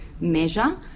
measure